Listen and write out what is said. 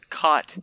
caught